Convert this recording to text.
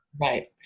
Right